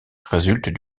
résulte